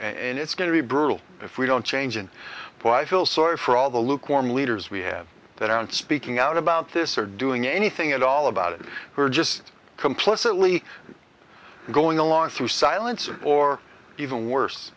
and it's going to be brutal if we don't change and why i feel sorry for all the lukewarm leaders we have that aren't speaking out about this or doing anything at all about it we're just complacently going along through silencers or even worse